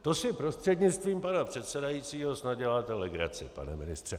To si, prostřednictvím pana předsedajícího, snad děláte legraci, pane ministře.